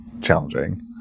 challenging